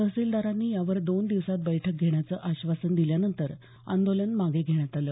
तहसीलदारांनी यावर दोन दिवसांत बैठक घेण्याचं अश्वासन दिल्यानंतर आंदोलन मागं घेण्यात आलं